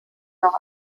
noch